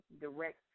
direct